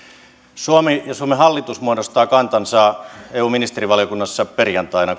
suomi ja suomen hallitus muodostaa kantansa komission ehdotuksiin eun ministerivaliokunnassa perjantaina